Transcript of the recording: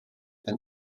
ein